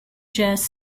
jazz